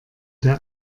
der